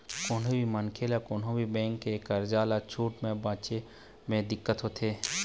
कोनो भी मनखे ल कोनो भी बेंक के करजा ल छूटे म बनेच दिक्कत होथे